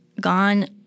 gone